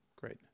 Great